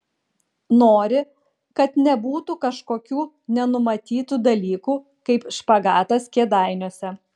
nori kad nebūtų kažkokių nenumatytų dalykų kaip špagatas kėdainiuose